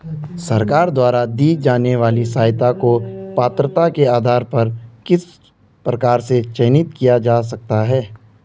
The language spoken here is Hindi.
सरकार द्वारा दी जाने वाली सहायता को पात्रता के आधार पर किस प्रकार से चयनित किया जा सकता है?